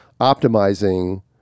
optimizing